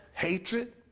hatred